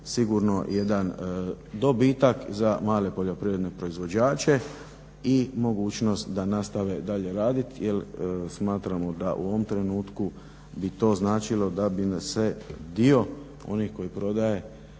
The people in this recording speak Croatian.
sigurno jedan dobitak za male poljoprivredne proizvođače i mogućnost da nastave dalje raditi. Jer smatramo da u ovom trenutku bi to značilo da bi se dio onih koji prodaje,